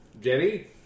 Jenny